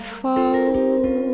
fall